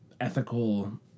ethical